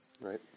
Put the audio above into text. Right